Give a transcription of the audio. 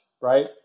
right